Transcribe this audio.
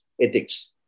ethics